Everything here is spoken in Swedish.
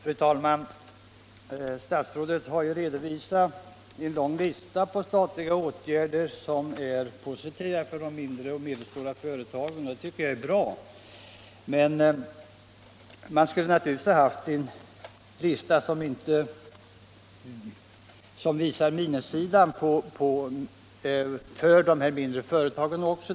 Fru talman! Statsrådet Johansson har redovisat en lång lista på statliga åtgärder som är positiva för de mindre och medelstora företagen, och det tycker jag är bra. Men det skulle också behövas en lista som visar minussidan för de mindre företagen.